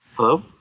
Hello